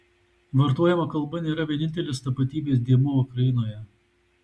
vartojama kalba nėra vienintelis tapatybės dėmuo ukrainoje